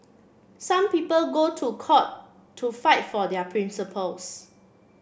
some people go to court to fight for their principles